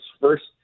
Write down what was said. first